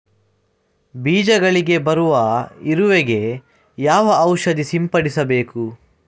ಬೀಜಗಳಿಗೆ ಬರುವ ಇರುವೆ ಗೆ ಯಾವ ಔಷಧ ಸಿಂಪಡಿಸಬೇಕು?